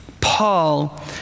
Paul